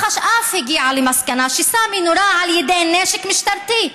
מח"ש אף הגיעה למסקנה שסאמי נורה על ידי נשק משטרתי,